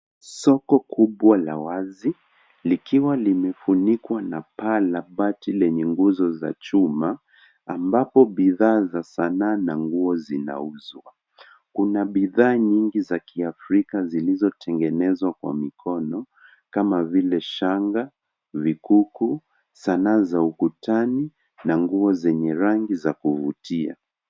Soko kubwa la wazi , likiwa limefunikwa na paa la bati lenye nguzo za chuma, ambazo bidhaa za sanaa na nguo zinauzwa. Kuna bidhaa nyingi za kiafrika zilizotengenezwa kwa mikono kama vile shanga, vikuku, sanaa za ukutani na nguo zenye rangi za kuvutia.